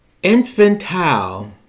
infantile